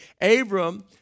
Abram